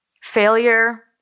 failure